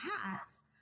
hats